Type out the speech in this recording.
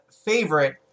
favorite